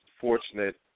fortunate